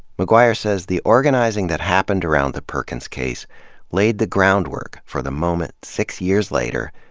mcguire says the organizing that happened around the perkins case laid the groundwork for the moment six years later,